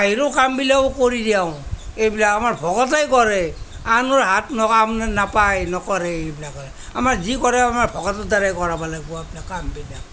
বাহিৰৰ কামবিলাকো কৰি যাওঁ এইবিলাক আমাৰ ভকতেই কৰে আনৰ হাত তাৰমানে নাপায় নকৰে এইবিলাক আমাৰ যি কৰে আমাৰ ভকতৰ দ্বাৰাই কৰিব লাগিব আপোনাৰ কামবিলাক